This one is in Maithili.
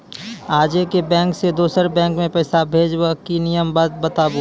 आजे के बैंक से दोसर बैंक मे पैसा भेज ब की नियम या बताबू?